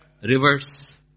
Rivers